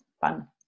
fun